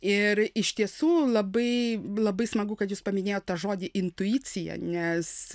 ir iš tiesų labai labai smagu kad jūs paminėjot tą žodį intuicija nes